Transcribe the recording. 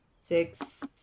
six